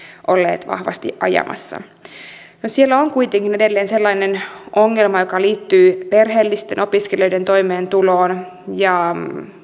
olleet vahvasti ajamassa no siellä on kuitenkin edelleen sellainen ongelma joka liittyy perheellisten opiskelijoiden toimeentuloon ja